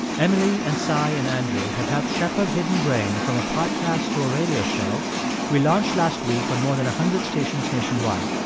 emily and si and andrew have helped shepherd hidden brain from a podcast to a radio show relaunch last week on more than a hundred stations nationwide.